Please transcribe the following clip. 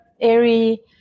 airy